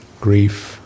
grief